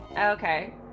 Okay